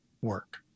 work